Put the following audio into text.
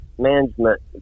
management